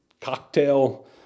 cocktail